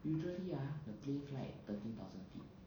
usually ah the plane fly at thirteen thousand feet